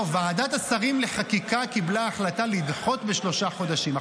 ועדת השרים לחקיקה קיבלה החלטה לדחות בשלושה חודשים.